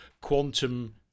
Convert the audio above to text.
quantum